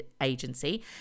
Agency